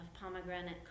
pomegranate